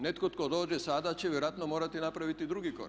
Netko tko dođe sada će vjerojatno morati napraviti drugi